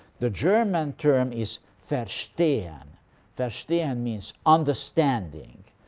the german term is verstehen verstehen means understanding.